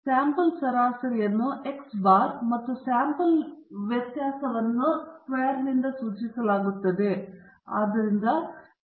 sample ಸರಾಸರಿಯನ್ನು x bar ಮತ್ತು sample ವ್ಯತ್ಯಾಸವನ್ನು ಸ್ಕ್ವೇರ್ನಿಂದ ಸೂಚಿಸಲಾಗುತ್ತದೆ